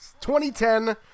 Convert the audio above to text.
2010